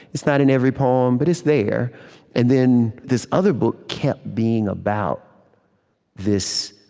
it's not in every poem, but it's there and then this other book kept being about this